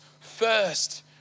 first